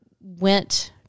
went